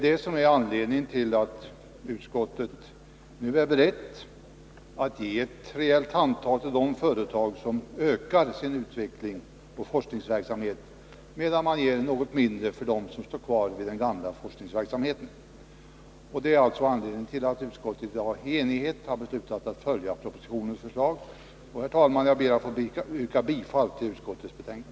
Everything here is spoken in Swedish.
Det är anledningen till att utskottet nu är berett att ge ett rejält handtag till de företag som ökar sin utvecklingsoch forskningsverksamhet, medan man ger något mindre till dem, vilkas forskningsverksamhet står kvar på den gamla nivån. Det är anledningen till att utskottet i enighet har beslutat följa propositionens förslag. Herr talman! Jag ber att få yrka bifall till utskottets hemställan.